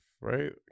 Right